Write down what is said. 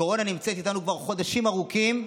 הקורונה נמצאת איתנו כבר חודשים ארוכים,